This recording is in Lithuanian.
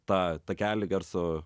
tą takelį garso